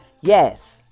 yes